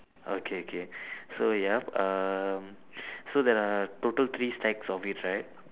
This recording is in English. okay K so ya um so there are total three stacks of each right